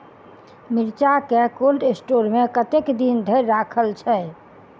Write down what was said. मिर्चा केँ cold store मे कतेक दिन धरि राखल छैय?